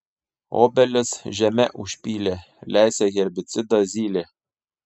obelis žeme užpylė lesė herbicidą zylė